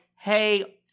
hey